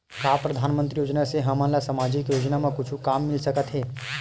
का परधानमंतरी योजना से हमन ला सामजिक योजना मा कुछु काम मिल सकत हे?